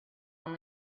when